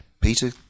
Peter